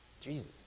Jesus